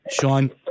Sean